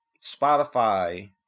Spotify